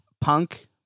punk